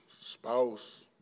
spouse